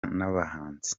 n’abahinzi